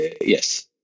Yes